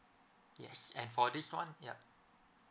yes and for this one ya